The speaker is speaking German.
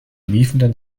miefenden